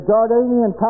Jordanian